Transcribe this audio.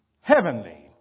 heavenly